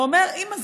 ואומר: אימא,